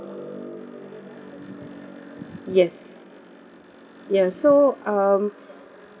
yes ya so um